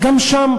גם שם,